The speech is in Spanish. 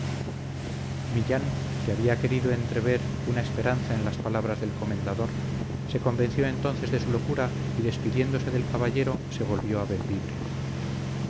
millán que había querido entreveer una esperanza en las palabras del comendador se convenció entonces de su locura y despidiéndose del caballero se volvió a